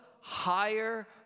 higher